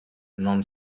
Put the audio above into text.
non